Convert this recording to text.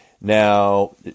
Now